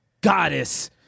goddess